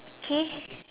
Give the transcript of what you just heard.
okay